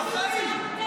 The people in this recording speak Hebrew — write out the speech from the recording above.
חד-משמעית.